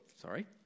sorry